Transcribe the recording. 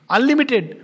Unlimited